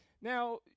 Now